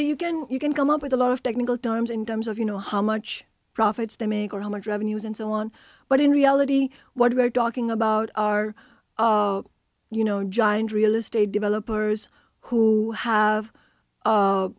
you can you can come up with a lot of technical terms in terms of you know how much profits they make or how much revenues and so on but in reality what we're talking about are you know giant real estate developers who have